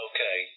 Okay